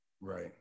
Right